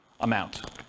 amount